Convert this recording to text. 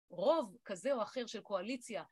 רוב כזה או אחר של קואליציה.